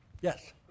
Yes